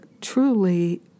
truly